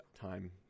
time